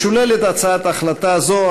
משוללת הצעת החלטה זו,